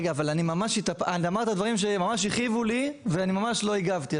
רגע, אתה אמרת דברים שממש הכאיבו לי ולא הגבתי.